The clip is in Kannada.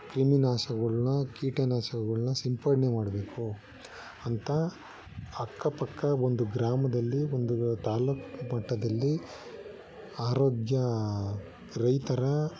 ಕ್ರಿಮಿನಾಶಕಗಳ್ನ ಕೀಟನಾಶಕಗಳ್ನ ಸಿಂಪಡಣೆ ಮಾಡಬೇಕು ಅಂತ ಅಕ್ಕಪಕ್ಕ ಒಂದು ಗ್ರಾಮದಲ್ಲಿ ಒಂದು ತಾಲ್ಲೂಕು ಮಟ್ಟದಲ್ಲಿ ಆರೋಗ್ಯ ರೈತರ